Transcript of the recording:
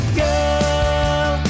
girl